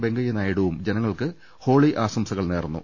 വെങ്കയ്യ നായിഡുവും ജന ങ്ങൾക്ക് ഹോളി ആശംസകൾനേർന്നു